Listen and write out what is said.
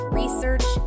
research